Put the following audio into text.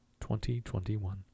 2021